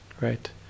right